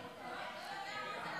בקריאה ראשונה.